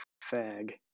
fag